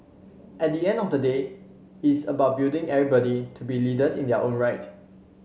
at the end of the day it's about building everybody to be leaders in their own right